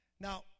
Now